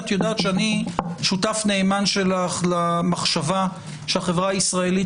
את יודעת שאני שותף נאמן שלך למחשבה שהחברה הישראלית